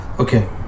Okay